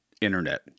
internet